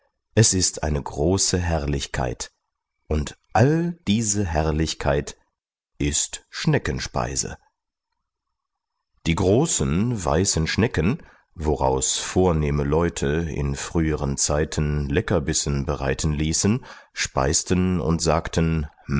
es ist eine große herrlichkeit und all diese herrlichkeit ist schneckenspeise die großen weißen schnecken woraus vornehme leute in früheren zeiten leckerbissen bereiten ließen speisten und sagten